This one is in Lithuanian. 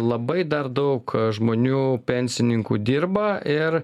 labai dar daug žmonių pensininkų dirba ir